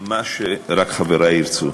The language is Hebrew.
מה שרק חברי ירצו.